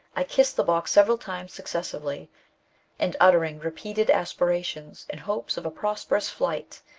i kissed the box several times successively and uttering repeated aspirations in hopes of a prosperous flight,